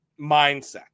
mindset